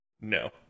No